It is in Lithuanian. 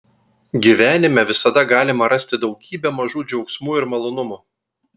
gyvenime visada galima rasti daugybę mažų džiaugsmų ir malonumų